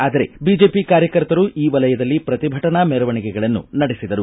ಆದರೆ ಬಿಜೆಪಿ ಕಾರ್ಯಕರ್ತರು ಈ ವಲಯದಲ್ಲಿ ಪ್ರತಿಭಟನಾ ಮೆರವಣಿಗೆಗಳನ್ನು ನಡೆಸಿದರು